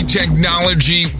technology